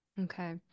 okay